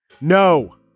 No